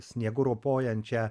sniegu ropojančią